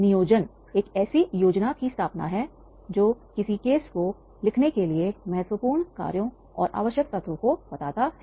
नियोजन एक ऐसी योजना की स्थापना है जो किसी मामले को लिखने के लिए महत्वपूर्ण कार्यों और आवश्यक तत्वों को बताता है